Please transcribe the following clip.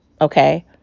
okay